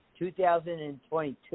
2022